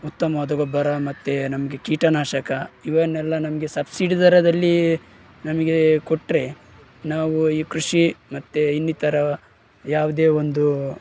ಉತ್ತಮವಾದ ಗೊಬ್ಬರ ಮತ್ತೆ ನಮಗೆ ಕೀಟನಾಶಕ ಇವನ್ನೆಲ್ಲ ನಮಗೆ ಸಬ್ಸಿಡಿ ದರದಲ್ಲಿ ನಮಗೆ ಕೊಟ್ಟರೆ ನಾವು ಈ ಕೃಷಿ ಮತ್ತು ಇನ್ನಿತರ ಯಾವುದೇ ಒಂದು